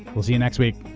we'll see you next week